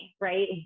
right